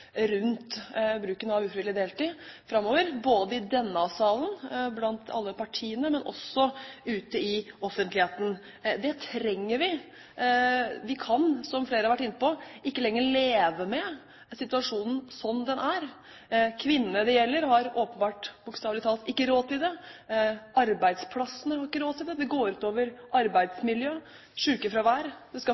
rundt bruken av ufrivillig deltid framover, både i denne salen – blant alle partiene – og også ute i offentligheten. Det trenger vi. Vi kan, som flere har vært inne på, ikke lenger leve med situasjonen slik den er. Kvinnene det gjelder, har åpenbart – bokstavelig talt – ikke råd til det, arbeidsplassene har ikke råd til det, det går ut over arbeidsmiljø og sykefravær, det